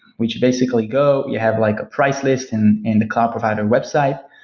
which basically go you have like a price list in in the cloud provider website.